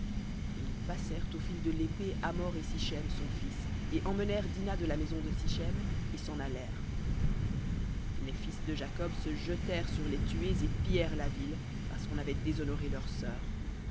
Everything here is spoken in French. ils passèrent au fil de l'épée hamor et sichem son fils et emmenèrent dina de la maison de sichem et s'en allèrent les fils de jacob se jetèrent sur les tués et pillèrent la ville parce qu'on avait déshonoré leur sœur